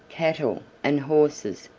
cattle, and horses,